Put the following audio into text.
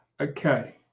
okay